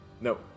No